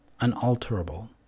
unalterable